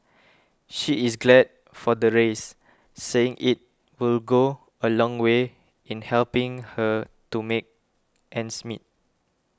she is glad for the raise saying it will go a long way in helping her to make ends meet